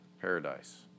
Paradise